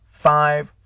Five